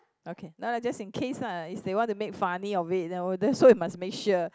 okay no lah just in case lah if they want to make funny of it then that's why we must make sure